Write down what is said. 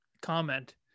comment